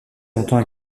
longtemps